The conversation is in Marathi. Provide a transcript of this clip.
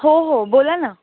हो हो बोला ना